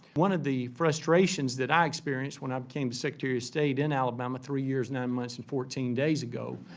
one of the frustrations that i experienced when i became secretary of state in alabama three years, nine months, and fourteen days ago,